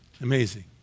Amazing